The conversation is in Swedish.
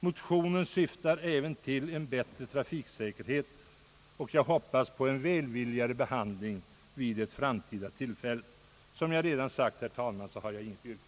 Motionen syftar även till en bättre trafiksäkerhet, och jag hoppas på en välvilligare behandling vid ett framtida tillfälle. Som jag redan sagt, herr talman, har jag inget yrkande.